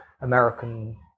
American